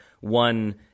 one